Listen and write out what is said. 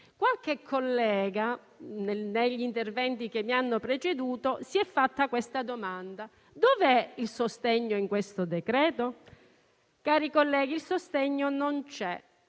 qualche collega negli interventi che mi hanno preceduto si è posto questa domanda: dov'è il sostegno in questo decreto-legge? Il sostegno non c'è;